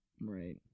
Right